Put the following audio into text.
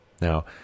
Now